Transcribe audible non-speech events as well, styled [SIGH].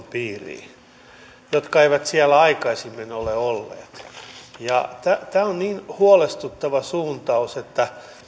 [UNINTELLIGIBLE] piiriin lapsiperheet jotka eivät siellä aikaisemmin ole olleet tämä on niin huolestuttava suuntaus että